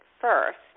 first